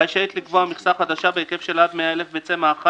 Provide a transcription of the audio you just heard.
רשאית לקבוע מכסה חדשה בהיקף של עד 100,000 ביצי מאכל